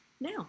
now